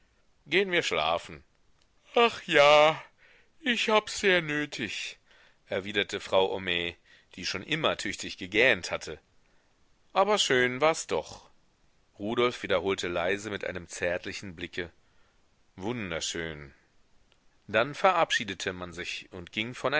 gehen wir schlafen ach ja ich habs sehr nötig erwiderte frau homais die schon immer tüchtig gegähnt hatte aber schön wars doch rudolf wiederholte leise mit einem zärtlichen blicke wunderschön dann verabschiedete man sich und ging